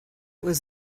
was